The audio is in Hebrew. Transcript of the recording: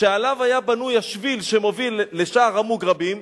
שעליו היה בנוי השביל שמוביל לשער המוגרבים,